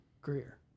Greer